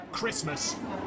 Christmas